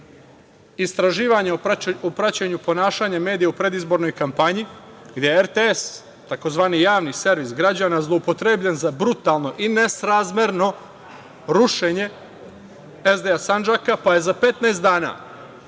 istraživanja o praćenju ponašanja medija u predizbornoj kampanji, gde je RTS tzv. javni servis građana zloupotrebljen za brutalno i nesrazmerno rušenje SDA Sandžaka, pa je za 15 dana,